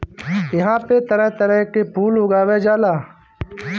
इहां पे तरह तरह के फूल उगावल जाला